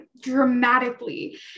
dramatically